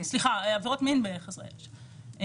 ועבירות מין בחסרי ישע.